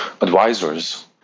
advisors